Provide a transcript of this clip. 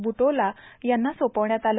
ब्टोला यांना सोपवण्यात आलं